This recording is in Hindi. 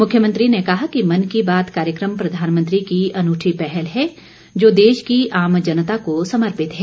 मुख्यमंत्री ने कहा कि मन की बात कार्यक्रम प्रधानमंत्री की अनूठी पहल है जो देश की आम जनता को समर्पित है